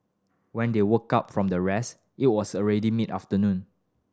when they woke up from their rest it was already mid afternoon